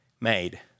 made